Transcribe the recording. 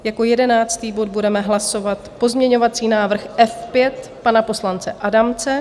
Jako jedenáctý bod budeme hlasovat pozměňovací návrh F5 pana poslance Adamce.